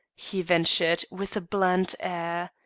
he ventured, with a bland air.